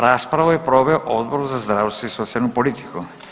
Raspravu je proveo Odbor za zdravstvo i socijalnu politiku.